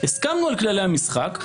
הסכמנו על כללי המשחק,